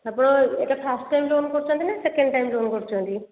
ଆପଣ ଏଇଟା first time loan କରୁଛନ୍ତି ନା ସେକେଣ୍ଡ୍ ଟାଇମ୍ ଲୋନ୍ କରୁଛନ୍ତି